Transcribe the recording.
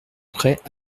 prêts